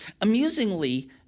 Amusingly